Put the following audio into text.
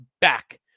back